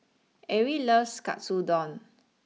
Erie loves Katsu Don